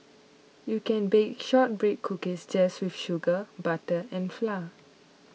you can bake Shortbread Cookies just with sugar butter and flour